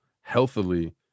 healthily